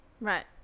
Right